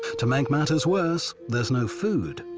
to make matters worse, there's no food,